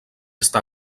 està